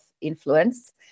influence